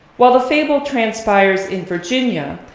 while the fable transpires in virginia,